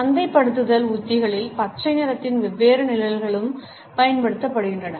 சந்தைப்படுத்தல் உத்திகளில் பச்சை நிறத்தின் வெவ்வேறு நிழல்களும் பயன்படுத்தப்படுகின்றன